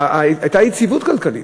הייתה יציבות כלכלית.